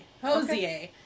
Hosier